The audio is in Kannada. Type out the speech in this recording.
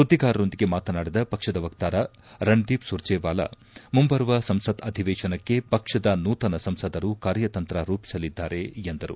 ಸುದ್ದಿಗಾರರೊಂದಿಗೆ ಮಾತನಾಡಿದ ಪಕ್ಷದ ವಕ್ತಾರ ರಣದೀಪ್ ಸುರ್ಜೇವಾಲ ಮುಂಬರುವ ಸಂಸತ್ ಅಧಿವೇಶನಕ್ಕೆ ಪಕ್ಷದ ನೂತನ ಸಂಸದರು ಕಾರ್ಯತಂತ್ರ ರೂಪಿಸಲಿದ್ದಾರೆ ಎಂದರು